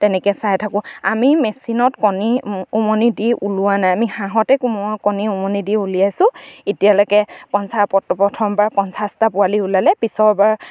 তেনেকে চাই থাকোঁ আমি মেচিনত কণী উমনি দি ওলোৱা নাই আমি হাঁহতে কণী উমনি দি উলিয়াইছোঁ এতিয়ালৈকে প্ৰথমবাৰ পঞ্চাছটা পোৱালি ওলালে পিছৰবাৰ